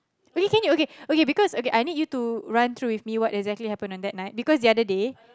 okay can you okay okay because okay I need you to run through with me what exactly happened that night because the other day